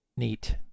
Neat